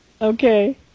Okay